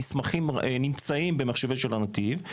המסמכים נמצאים במחשבי נתיב,